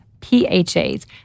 PHAs